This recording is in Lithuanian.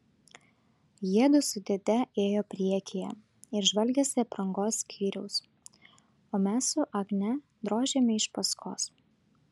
jiedu su dėde ėjo priekyje ir žvalgėsi aprangos skyriaus o mes su agne drožėme iš paskos